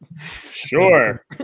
Sure